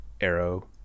arrow